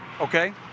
okay